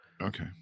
Okay